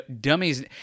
dummies